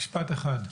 משפט אחד.